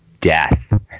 death